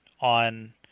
on